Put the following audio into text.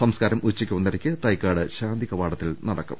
സംസ്കാരം ഉച്ചയ്ക്ക് ഒന്നരക്ക് തൈക്കാട് ശാന്തി കവാടത്തിൽ നടക്കും